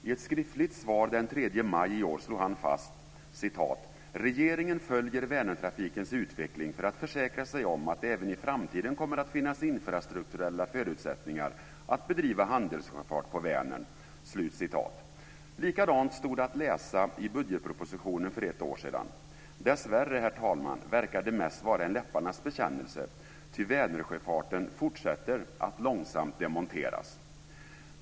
I ett skriftligt svar den 3 maj i år slog han fast att "regeringen följer Vänertrafikens utveckling för att försäkra sig om att det även i framtiden kommer att finnas infrastrukturella förutsättningar att bedriva handelssjöfart på Vänern". Detsamma stod att läsa i budgetpropositionen för ett år sedan. Dessvärre, herr talman, verkar det mest vara en läpparnas bekännelse, ty Vänersjöfarten fortsätter att långsamt demonteras.